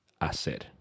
hacer